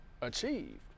achieved